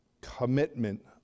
commitment